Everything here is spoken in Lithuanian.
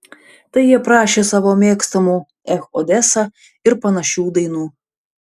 tai jie prašė savo mėgstamų ech odesa ir panašių dainų